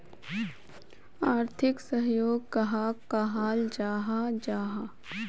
आर्थिक सहयोग कहाक कहाल जाहा जाहा?